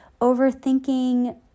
overthinking